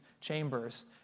chambers